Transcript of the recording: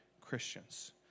Christians